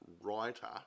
writer